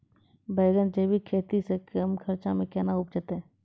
बैंगन जैविक खेती से कम खर्च मे कैना उपजते?